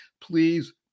Please